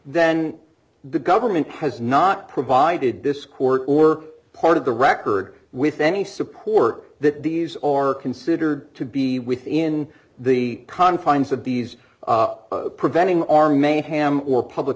then the government has not provided this court or part of the record with any support that these are considered to be within the confines of these preventing our main ham or public